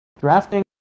Drafting